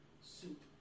soup